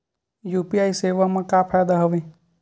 UPI सेवा मा का फ़ायदा हवे?